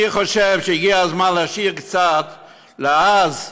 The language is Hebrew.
אני חושב שהגיע הזמן להשאיר קצת לאז,